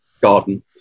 garden